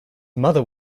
mother